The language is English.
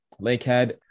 Lakehead